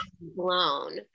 blown